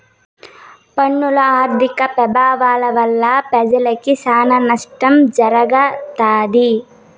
పన్నుల ఆర్థిక పెభావాల వల్ల పెజలకి సానా నష్టం జరగతాది